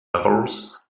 levels